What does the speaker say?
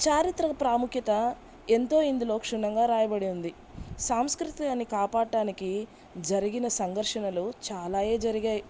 చారిత్రక ప్రాముఖ్యత ఎంతో ఇందులో క్షుణ్ణంగా వ్రాయబడి ఉంది సాంస్కృతిన్ని కాపాడటానికి జరిగిన సంఘర్షణలు చాలాయే జరిగాయి